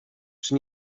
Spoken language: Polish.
czy